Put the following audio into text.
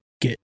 get